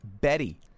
Betty